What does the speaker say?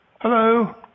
Hello